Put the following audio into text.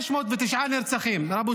מהר.